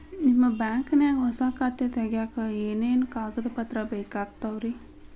ನಿಮ್ಮ ಬ್ಯಾಂಕ್ ನ್ಯಾಗ್ ಹೊಸಾ ಖಾತೆ ತಗ್ಯಾಕ್ ಏನೇನು ಕಾಗದ ಪತ್ರ ಬೇಕಾಗ್ತಾವ್ರಿ?